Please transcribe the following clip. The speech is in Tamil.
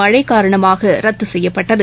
மழை காரணமாக ரத்து செய்யப்பட்டது